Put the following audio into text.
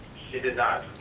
did did not.